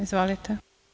Izvolite.